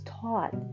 taught